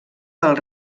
del